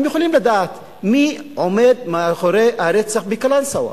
הם יכולים לדעת מי עומד מאחורי הרצח בקלנסואה,